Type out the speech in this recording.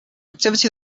activity